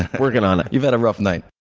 and working on it. you've had a rough night.